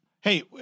Hey